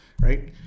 Right